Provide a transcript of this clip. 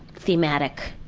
thematic